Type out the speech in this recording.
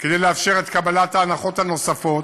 כדי לאפשר את קבלת ההנחות הנוספות,